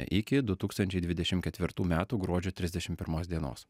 iki du tūkstančiai dvidešim ketvirtų metų gruodžio trisdešimt pirmos dienos